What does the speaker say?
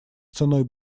ценой